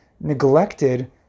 neglected